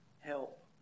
help